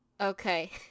Okay